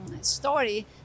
story